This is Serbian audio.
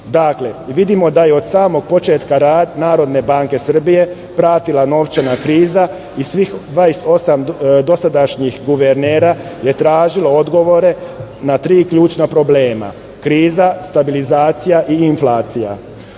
kriza“.Dakle, vidimo da je od samog početka Narodnu banku Srbije pratila novčana kriza i svi 28 dosadašnjih guvernera je tražilo odgovore na tri ključna problema: kriza, stabilizacija i inflacija. Uspešnost